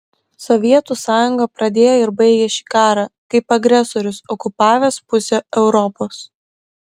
sovietų sąjunga pradėjo ir baigė šį karą kaip agresorius okupavęs pusę europos